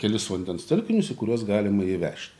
kelis vandens telkinius į kuriuos galima įvežt